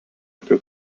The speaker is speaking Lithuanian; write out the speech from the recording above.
apie